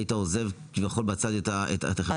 היית עוזב כביכול בצד את חברות הביטוח?